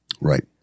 Right